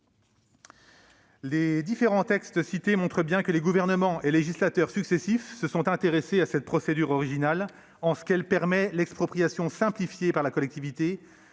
Les différents textes cités montrent bien que les gouvernements et législateurs successifs se sont intéressés à cette procédure originale, en ce qu'elle permet l'expropriation simplifiée par la collectivité